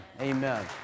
Amen